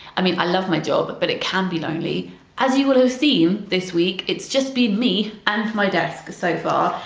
i mean i love my job but but it can be lonely as you will have seen this week it's just been me and my desk, so far,